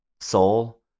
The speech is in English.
soul